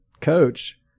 coach